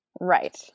Right